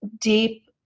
deep